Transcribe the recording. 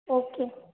okay